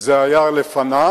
זה היה לפניו,